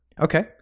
Okay